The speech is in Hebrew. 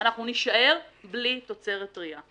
אנחנו נישאר בלי תוצרת טרייה.